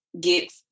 get